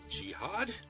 Jihad